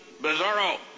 Bizarro